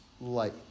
light